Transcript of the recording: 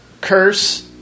curse